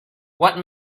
what